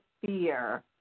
fear